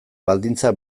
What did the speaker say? baldintzak